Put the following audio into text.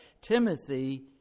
Timothy